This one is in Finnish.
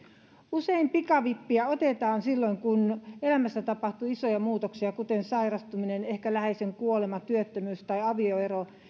usein pikavippiä otetaan silloin kun elämässä tapahtuu isoja muutoksia kuten sairastuminen ehkä läheisen kuolema työttömyys tai avioero